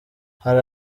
hari